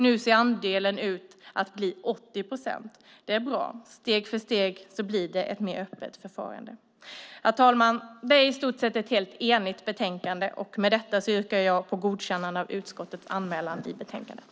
Nu ser andelen ut att bli 80 procent. Det är bra. Steg för steg blir det ett mer öppet förfarande. Herr talman! Det är i stort sett ett helt enigt betänkande. Med det yrkar jag på godkännande av utskottets anmälan i betänkandet.